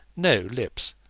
no lips,